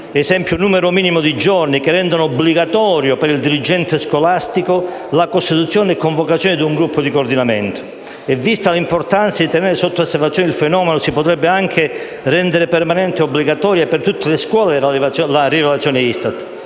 esempio il numero minimo di giorni che rendono obbligatoria per il dirigente scolastico la costituzione e convocazione di un gruppo di coordinamento. Inoltre, vista l'importanza di tenere sotto osservazione il fenomeno, si potrebbe anche rendere permanente e obbligatoria per tutte le scuole la rilevazione ISTAT;